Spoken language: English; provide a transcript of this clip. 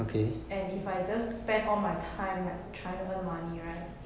and if I just spend all my time like trying to earn money